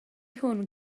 hwn